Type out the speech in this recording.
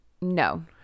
No